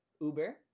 Uber